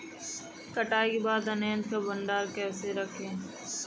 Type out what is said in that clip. कटाई के बाद अनाज का भंडारण कैसे करें?